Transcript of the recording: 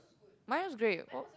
mine was great oh